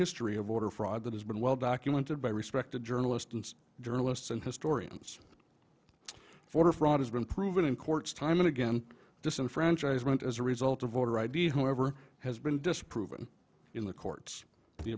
history of voter fraud that has been well documented by respected journalist and journalists and historians voter fraud has been proven in courts time and again disenfranchisement as a result of voter id whoever has been disproven in the courts the